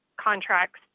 contracts